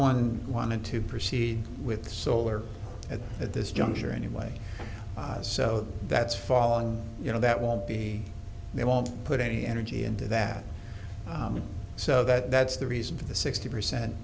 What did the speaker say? one wanted to proceed with solar at at this juncture anyway so that's falling you know that won't be they won't put any energy into that so that's the reason for the sixty percent